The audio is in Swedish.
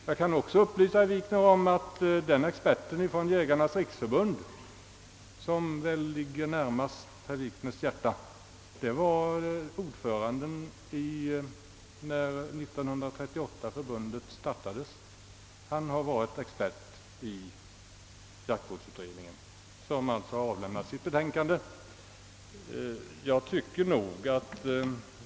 Jag kan också upplysa herr Wikner om att experten från Jägarnas riksförbund — vilket väl ligger herr Wikners hjärta närmast — var ordförande i förbundet när det startades 1938. Han har varit expert i jaktvårdsutredningen, som alltså har avlämnat sitt betänkande.